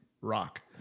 rock